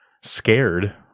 scared